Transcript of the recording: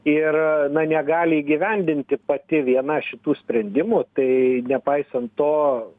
ir na negali įgyvendinti pati viena šitų sprendimų tai nepaisant to